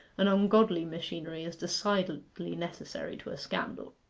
an ungodly machinery is decidedly necessary to a scandal.